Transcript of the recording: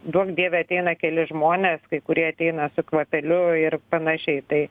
duok dieve ateina keli žmonės kai kurie ateina su kvapeliu ir panašiai tai